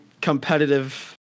competitive